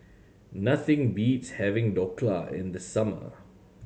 nothing beats having Dhokla in the summer